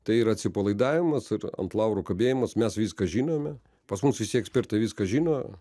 tai yra atsipalaidavimas ir ant laurų kabėjimas mes viską žinome pas mus visi ekspertai viską žino